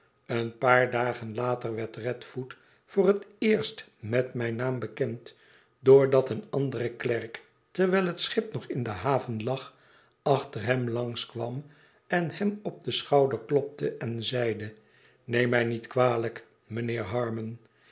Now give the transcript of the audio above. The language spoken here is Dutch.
een paar dagen later werd radfoot voor het eerst met mijn naam bekend doordat een andere klerk terwijl het schip nog in de haven lag achter hem langs kwam en hem op den schouder klopte en zeide neem mij niet kwalijk mijnheer harmon